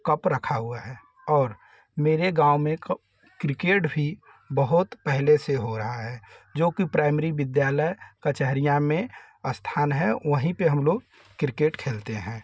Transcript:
cup रखा हुआ है और मेरे गाँव में क क्रिकेट भी बहुत पहले से हो रहा है जो कि प्राइमरी विद्यालय कचहरियाँ में स्थान है वहीं पर हम लोग किर्केट खेलते हैं